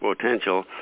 potential